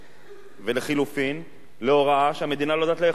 לחלופין, זו הוראה שהמדינה לא יודעת לאכוף אותה.